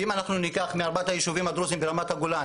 אם ניקח מארבעת היישובים הדרוזים ברמת הגולן